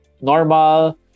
normal